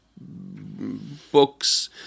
books